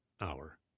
hour